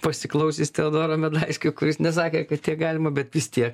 pasiklausius teodoro medaiskio kuris nesakė kad tiek galima bet vis tiek